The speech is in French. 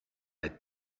est